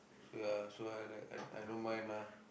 so ya so like I I I don't mind lah